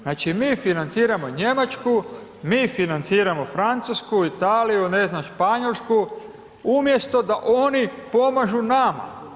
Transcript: Znači mi financiramo Njemačku, mi financiramo Francusku, Italiju ne znam Španjolsku, umjesto da oni pomažu nama.